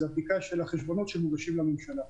וזה הבדיקה של החשבונות שמוגשים לממשלה.